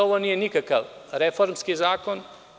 Ovo nije nikakav reformski zakon.